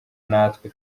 natwe